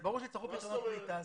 זה ברור שיהיה בצורך בפתרונות קליטה,